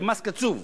זה מס קצוב,